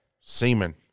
semen